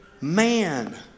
man